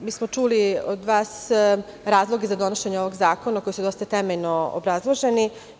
Čuli smo od vas razloge za donošenje ovog zakona, koji su dosta temeljno obrazloženi.